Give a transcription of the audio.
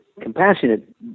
compassionate